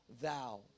thou